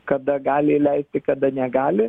kada gali įleisti kada negali